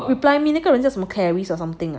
reply me 那个人叫 caris or something